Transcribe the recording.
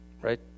right